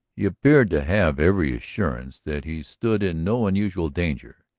he appeared to have every assurance that he stood in no unusual danger.